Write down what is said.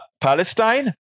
Palestine